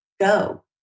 go